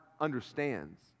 understands